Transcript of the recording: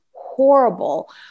horrible